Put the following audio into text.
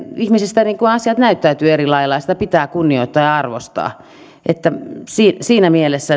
ihmisistä asiat näyttäytyvät eri lailla ja sitä pitää kunnioittaa ja arvostaa siinä siinä mielessä